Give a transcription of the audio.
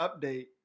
update